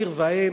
עיר ואם,